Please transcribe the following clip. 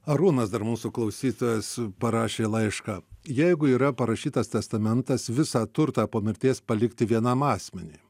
arūnas dar mūsų klausytojas parašė laišką jeigu yra parašytas testamentas visą turtą po mirties palikti vienam asmeniui